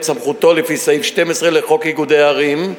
סמכותו לפי סעיף 12 לחוק איגודי ערים,